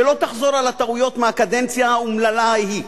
שלא תחזור על הטעויות מהקדנציה האומללה ההיא.